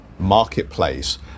marketplace